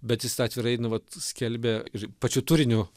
bet jis tą atvirai nu vat skelbia ir pačiu turiniu